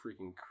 freaking